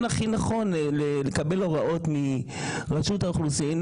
הכי נכון לקבל הוראות מרשות האוכלוסין,